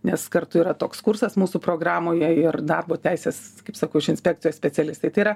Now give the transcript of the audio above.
nes kartu yra toks kursas mūsų programoje ir darbo teisės kaip sakau iš inspekcijos specialistai tai yra